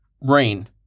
Rain